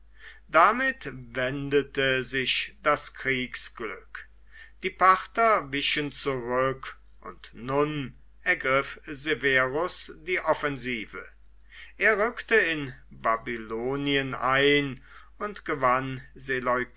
damit wendete sich das kriegsglück die parther wichen zurück und nun ergriff severus die offensive er rückte in babylonien ein und gewann